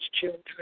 children